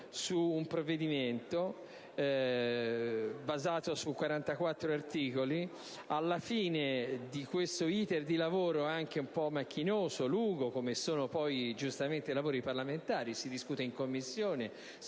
su un provvedimento di 44 articoli. Alla fine di questo *iter* anche un po' macchinoso, lungo, come sono giustamente i lavori parlamentari - si discute in Commissione,